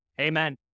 Amen